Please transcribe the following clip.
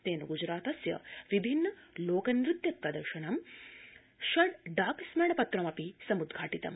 तेन गुजरातस्य विभिन्न लोकनृत्य प्रदर्शनमन् षड् डाक स्मरण पत्रमपि समुद्घाटितम्